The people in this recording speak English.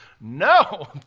no